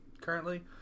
currently